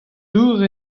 dour